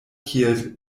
kiel